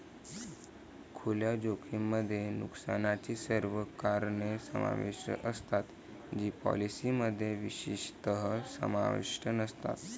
खुल्या जोखमीमध्ये नुकसानाची सर्व कारणे समाविष्ट असतात जी पॉलिसीमध्ये विशेषतः समाविष्ट नसतात